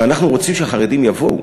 ואנחנו רוצים שהחרדים יבואו,